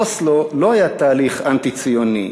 "אוסלו" לא היה תהליך אנטי-ציוני,